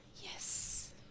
Yes